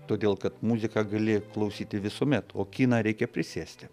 todėl kad muziką gali klausyti visuomet o kiną reikia prisėsti